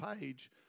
page